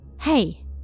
Hey